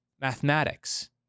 mathematics